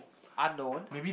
unknown